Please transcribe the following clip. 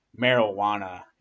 marijuana